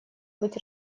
быть